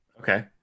Okay